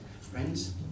Friends